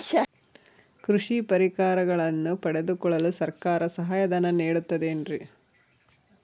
ಕೃಷಿ ಪರಿಕರಗಳನ್ನು ಪಡೆದುಕೊಳ್ಳಲು ಸರ್ಕಾರ ಸಹಾಯಧನ ನೇಡುತ್ತದೆ ಏನ್ರಿ?